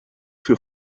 für